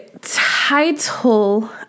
title